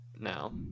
now